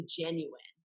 genuine